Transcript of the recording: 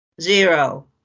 Zero